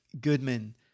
Goodman